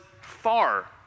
far